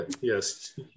Yes